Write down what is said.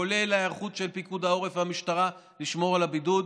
כולל ההיערכות של פיקוד העורף והמשטרה לשמור על הבידוד,